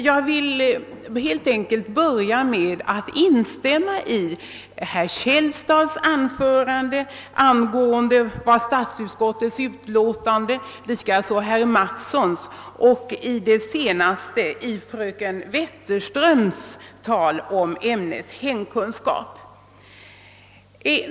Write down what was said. Jag vill börja med att helt enkelt instämma i herrar Källstads och Mattssons anföranden liksom i vad fröken Wetterström senast anförde om ämnet hemkunskap.